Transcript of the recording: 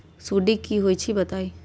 सुडी क होई छई बताई?